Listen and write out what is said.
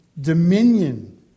dominion